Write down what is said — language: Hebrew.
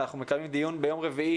ואנחנו מקיימים דיון ביום רביעי